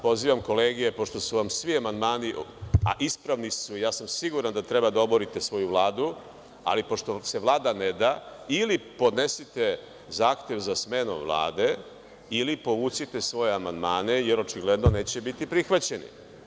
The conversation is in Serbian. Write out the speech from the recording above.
Pozivam kolege, pošto su vam svi amandmani, a ispravni su, siguran sam da treba da oborite svoju Vladu, ali pošto se Vlada ne da, ili podnesite zahtev za smenu Vlade, ili povucite svoje amandmane, jer očigledno neće biti prihvaćeni.